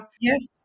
Yes